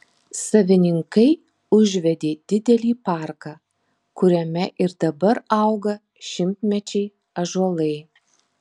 savininkai užvedė didelį parką kuriame ir dabar auga šimtmečiai ąžuolai